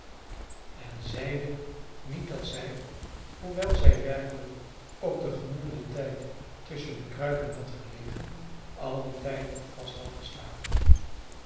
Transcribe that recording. en zeide niet dat zij hoewel zij werkelijk op den genoemden tijd tusschen de kruiken had gelegen al dien tijd vast had geslapen